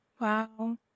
Wow